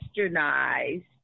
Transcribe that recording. westernized